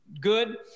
good